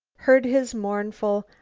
heard his mournful,